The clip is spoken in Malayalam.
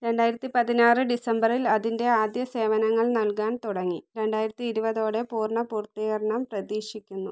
രണ്ടായിരത്തി പതിനാറ് ഡിസംബറിൽ അതിൻ്റെ ആദ്യ സേവനങ്ങൾ നൽകാൻ തുടങ്ങി രണ്ടായിരത്തി ഇരുപതോടെ പൂർണ പൂർത്തീകരണം പ്രതീക്ഷിക്കുന്നു